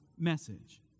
message